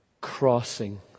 crossing